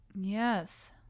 Yes